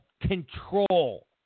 control